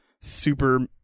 super